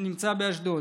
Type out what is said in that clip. שנמצא באשדוד.